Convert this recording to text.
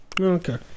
Okay